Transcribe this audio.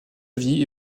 vie